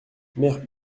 mère